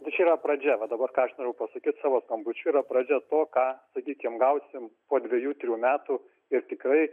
bet čia yra pradžia va dabar ką aš norėjau pasakyt savo skambučiu yra pradžia to ką sakykim gausim po dvejų trijų metų ir tikrai